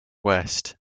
west